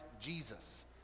Jesus